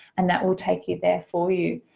and that will take you there for you.